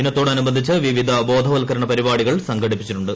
ദിനത്തോട് അനുബന്ധിച്ച് വിവിധ ബോധവൽക്കരണ പരിപാടികൾ സംഘടിപ്പിച്ചിട്ടുണ്ട്